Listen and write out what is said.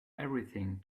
everything